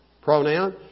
pronoun